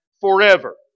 forever